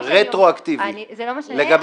יישום רטרואקטיבי -- זה לא מה שאני אומרת.